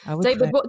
David